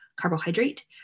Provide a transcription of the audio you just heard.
carbohydrate